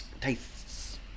Tastes